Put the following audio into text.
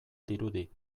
dirudi